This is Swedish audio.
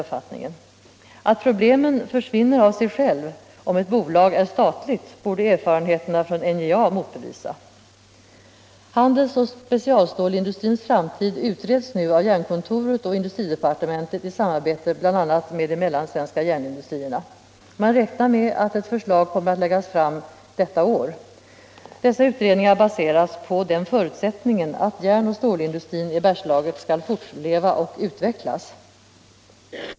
Uppfattningen att problemen försvinner av sig själva om ett bolag är statligt borde erfarenheterna från NJA motbevisa. Handelsoch specialstålindustrins framtid utreds nu av Jernkontoret och industridepartementet i samarbete med bl.a. de mellansvenska järnindustrierna. Man räknar med att förslag kommer att läggas fram i år. Dessa utredningar baseras på den förutsättningen att järnoch stålindustrin i Bergslagen skall fortleva och utvecklas.